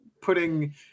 putting